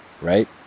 right